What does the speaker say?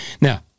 Now